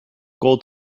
gold